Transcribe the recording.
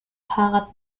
fahrrad